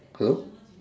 hello